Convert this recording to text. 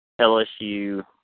LSU –